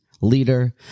Leader